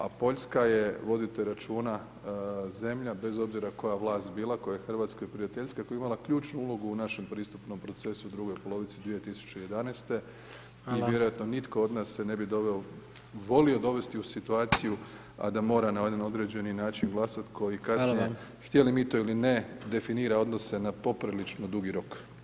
A Poljska je vodite računa zemlja, bez obzira koja vlast bila koja je Hrvatskoj prijateljska, koja je imala ključnu ulogu u našem pristupnom procesu u drugoj polovici 2011. i vjerojatno nitko od nas se ne bi volio dovesti u situaciju a da mora na jedan određeni način glasati koji kasnije, htjeli mi to ili ne definira odnose na poprilično dugi rok.